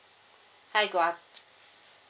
hi good aft~